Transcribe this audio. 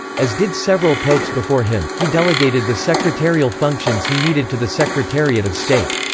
as did several popes before him, he delegated the secretarial functions he needed to the secretariat of state.